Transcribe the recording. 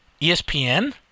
ESPN